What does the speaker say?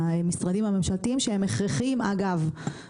בסוף, בצד השני שלנו זה כספי ציבור.